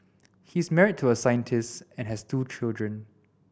he is married to a scientist and has two children